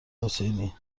حسینی